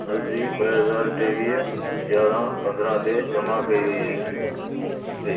अर्ज़ी ॿ हज़ार टेवीह यारहं पंद्रहं ते जमा कई वई आहे कई